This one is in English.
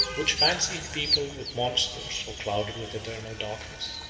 which fancy had peopled with monsters, or clouded with eternal darkness.